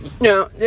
no